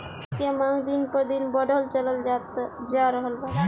जुट के मांग दिन प दिन बढ़ल चलल जा रहल बा